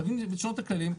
חייבים לשנות את הכללים,